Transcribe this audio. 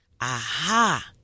Aha